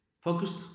focused